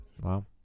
Wow